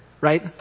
right